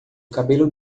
cabelo